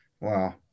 Wow